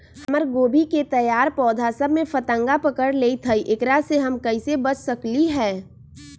हमर गोभी के तैयार पौधा सब में फतंगा पकड़ लेई थई एकरा से हम कईसे बच सकली है?